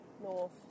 north